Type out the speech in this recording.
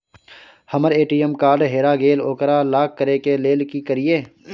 हमर ATM card हेरा गेल ओकरा लॉक करै के लेल की करियै?